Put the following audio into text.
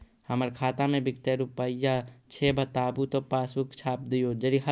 हमर खाता में विकतै रूपया छै बताबू या पासबुक छाप दियो?